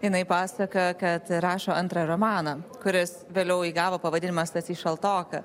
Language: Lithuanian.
jinai pasakojo kad rašo antrą romaną kuris vėliau įgavo pavadinimą stasys šaltoka